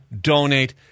donate